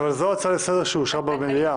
אבל זו ההצעה לסדר שאושרה במליאה.